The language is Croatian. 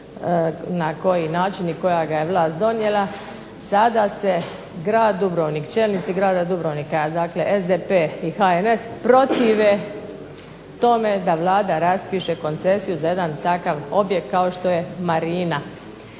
na koji način i koja ga je vlast donijela, sada se grad Dubrovnik, čelnici grada Dubrovnika, dakle SDP i HNS protive tome da Vlada raspiše koncesiju za jedan takav objekt kao što je marina.